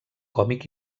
còmic